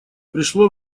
пришло